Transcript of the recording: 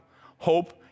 hope